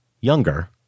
younger